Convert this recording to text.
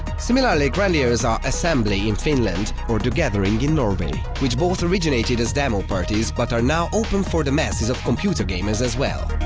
similarly grandiose are assembly in finland, or the gathering in norway, which both originated as demoparties, but are now open for the masses of computer gamers as well.